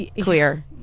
clear